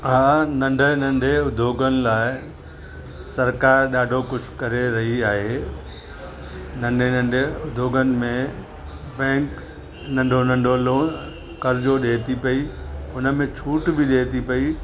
हा नंढे नंढे उद्योगनि लाइ सरकारि ॾाढो कुझु करे रही आहे नंढे नंढे उद्योगनि में बैंक नंढो नंढो लोन कर्ज़ो ॾिए थी पई उन में छूट बि ॾिए थी पई